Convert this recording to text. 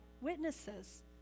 witnesses